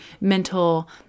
mental